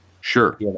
Sure